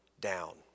down